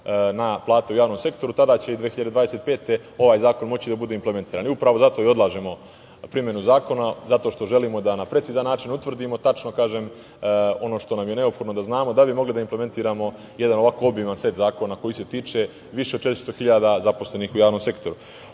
na plate u javnom sektoru. Tada će i 2025. godine ovaj zakon moći da bude implementiran. Upravo zato i odlažemo primenu zakona, zato što želimo da na precizan način utvrdimo tačno ono što nam je neophodno da znamo da bi mogli da implementiramo jedan ovako obiman set zakona koji se tiče više od 400.000 zaposlenih u javnom sektoru. Ono